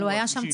אבל הוא היה שם,